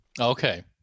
Okay